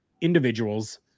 individuals